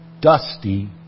dusty